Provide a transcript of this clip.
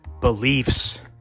beliefs